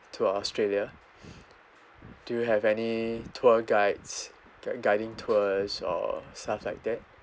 to australia do you have any tour guides a guiding tours or stuff like that